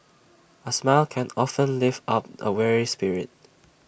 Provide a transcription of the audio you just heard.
A smile can often lift up A weary spirit